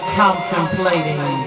contemplating